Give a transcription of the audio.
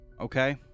okay